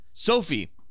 Sophie